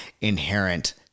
inherent